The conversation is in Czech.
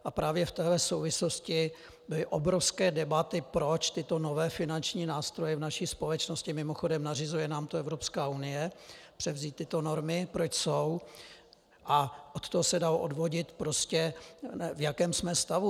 A právě v téhle souvislosti byly obrovské debaty, proč tyto nové finanční nástroje v naší společnosti mimochodem, nařizuje nám to Evropská unie, převzít tyto normy proč jsou a od toho se dalo odvodit, v jakém jsme stavu.